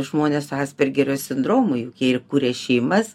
žmonės su aspergerio sindromu jie ir kuria šeimas